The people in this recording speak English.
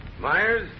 Myers